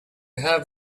have